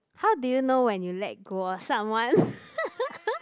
how do you know when you let go of someone